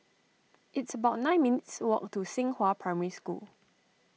it's about nine minutes' walk to Xinghua Primary School